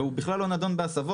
והחלק בכלל לא נדון בהסבות,